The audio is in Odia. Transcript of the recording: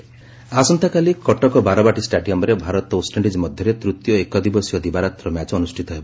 ବାରବାଟୀ କ୍ରିକେଟ୍ ଆସନ୍ତାକାଲି କଟକ ବାରବାଟୀ ଷ୍ଟାଡିୟମ୍ରେ ଭାରତ ଓ୍ୱେଷ୍ଟଇଣ୍ଣିଜ୍ ମଧ୍ଧରେ ତୂତୀୟ ଏକଦିବସୀୟ ଦିବାରାତ୍ର ମ୍ୟାଚ୍ ଅନୁଷିତ ହେବ